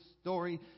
story